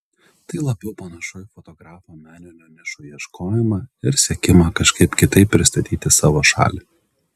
tai labiau panašu į fotografo meninių nišų ieškojimą ir siekimą kažkaip kitaip pristatyti savo šalį